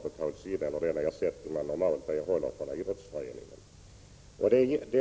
betalats in eller den ersättning de normalt får från Prot. 1986/87:46 idrottsföreningen.